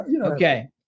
okay